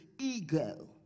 ego